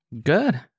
Good